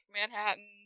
manhattan